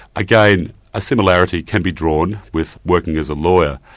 again, a similarity can be drawn with working as a lawyer.